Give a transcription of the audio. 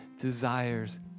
desires